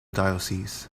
diocese